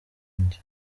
jye